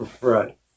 Right